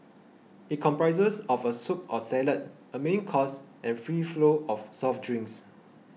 it comprises of a soup or salad a main course and free flow of soft drinks